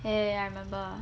eh I remember